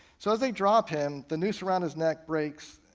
so as they dropped him, the noose around his neck breaks,